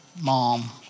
Mom